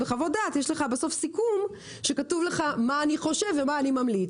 בחוות דעת יש לך בסוף סיכום שכתוב לך מה אני חושב ומה אני ממליץ.